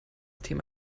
thema